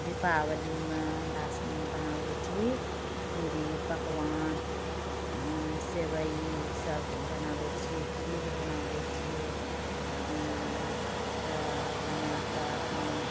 दीपावलीमे हमरासनी बनाबै छी पूरी पकवान सेवइसभ बनाबै छियै खीर बनाबै छियै तऽ बनाए कऽ अपना